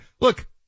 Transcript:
Look